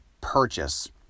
purchase